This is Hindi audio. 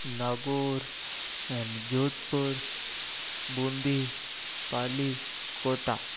नागौर जोधपुर बूंदी पाली कोटा